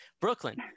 Brooklyn